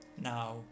Now